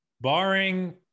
Barring